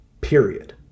period